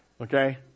Okay